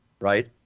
right